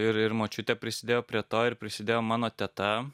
ir ir močiutė prisidėjo prie to ir prisidėjo mano teta